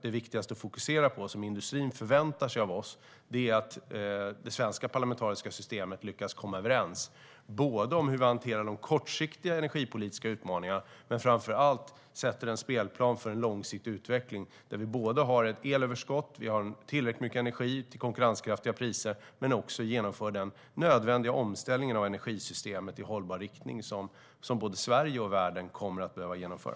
Det viktigaste att fokusera på nu och som industrin förväntar sig av oss är att det svenska parlamentariska systemet lyckas komma överens om hur vi ska hantera de kortsiktiga energipolitiska utmaningarna och framför allt sätta en spelplan för en långsiktig utveckling där vi har både ett elöverskott och tillräckligt med energi till konkurrenskraftiga priser men också genomför den nödvändiga omställning av energisystemet i hållbar riktning som både Sverige och världen kommer att behöva göra.